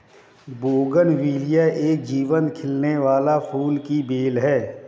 bougainvillea एक जीवंत खिलने वाली फूल की बेल है